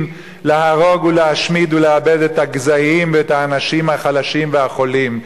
להרוג ולהשמיד ולאבד את הגזעים ואת האנשים החלשים והחולים,